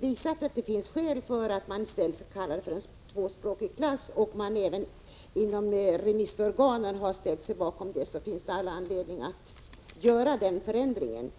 visat att det finns skäl att ändra benämningen hemspråksklass till tvåspråkig klass och även remissorganen har ställt sig bakom det förslaget, finns det all anledning att göra denna ändring.